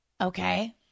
Okay